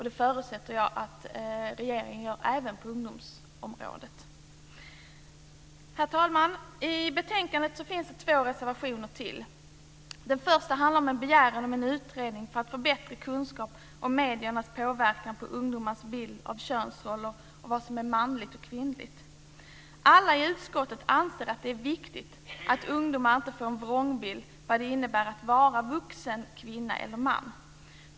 Jag förutsätter att regeringen funderar över detta även på ungdomsområdet. Herr talman! I betänkandet finns två reservationer till. Den första handlar om en begäran om en utredning för att få bättre kunskap om mediernas påverkan på ungdomars bild av könsroller och vad som är manligt och kvinnligt. Alla i utskottet anser att det är viktigt att ungdomar inte får en vrångbild av vad det innebär att vara vuxen kvinna eller man.